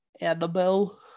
Annabelle